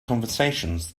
conversations